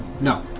no.